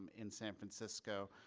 um in san francisco,